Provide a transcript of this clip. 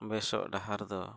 ᱵᱮᱥᱚᱜ ᱰᱟᱦᱟᱨ ᱫᱚ